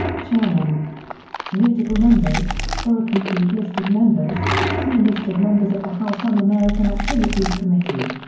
chairmen notable members for a complete list of members, see list of members of the house un-american activities committee.